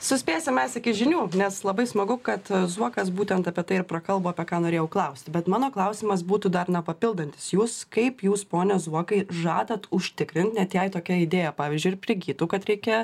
suspėsim mes iki žinių nes labai smagu kad zuokas būtent apie tai ir prakalbo apie ką norėjau klaust bet mano klausimas būtų dar na papildantis jus kaip jūs pone zuokai žadat užtikrint net jei tokia idėja pavyzdžiui ir prigytų kad reikia